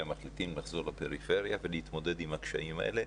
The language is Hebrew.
מחליטים לחזור לפריפריה ולהתמודד עם הקשיים האלה,